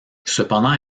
cependant